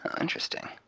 interesting